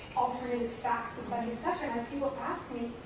altering facts, et cetera, et cetera, and people ask me,